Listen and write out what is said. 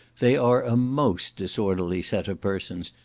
they are a most disorderly set of persons,